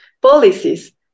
policies